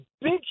big